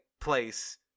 place